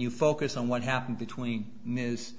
you focus on what happened between ms